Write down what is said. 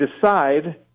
decide